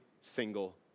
single